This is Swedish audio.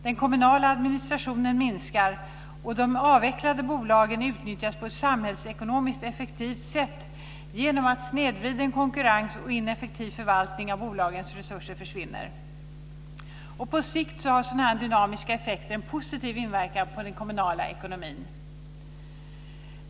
Den kommunala administrationen minskar och de avvecklade bolagen utnyttjas på ett samhällsekonomiskt och effektivt sätt genom att snedvriden konkurrens och ineffektiv förvaltning av bolagens resurser försvinner. På sikt har sådana här dynamiska effekter en positiv inverkan på den kommunala ekonomin.